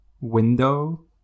window